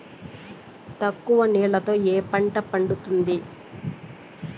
తక్కువ నీళ్లతో ఏ పంట పండుతుంది?